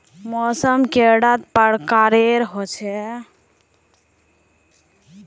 मौसम कैडा प्रकारेर होचे?